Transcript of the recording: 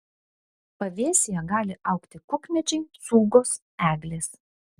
pavėsyje gali augti kukmedžiai cūgos eglės